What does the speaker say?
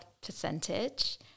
percentage